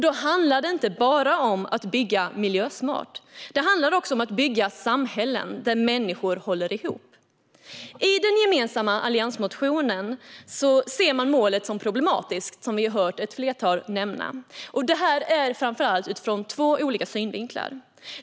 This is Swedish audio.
Då handlar det inte bara om att bygga miljösmart, utan det handlar också om att bygga samhällen där människor håller ihop. I den gemensamma alliansmotionen ser man målet som problematiskt, som vi hört flera här nämna, och detta framför allt utifrån två olika synvinklar.